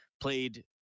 played